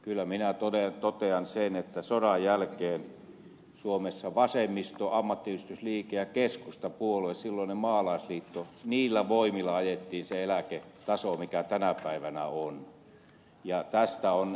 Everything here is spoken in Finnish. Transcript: kyllä minä totean sen että sodan jälkeen suomessa vasemmiston ammattiyhdistysliikkeen ja keskustapuolueen silloisen maalaisliiton voimilla ajettiin se eläketaso mikä tänä päivänä on